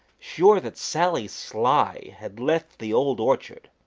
sure that sally sly had left the old orchard,